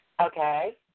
Okay